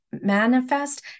manifest